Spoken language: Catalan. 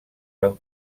van